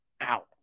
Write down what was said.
out